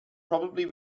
probably